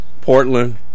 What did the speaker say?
Portland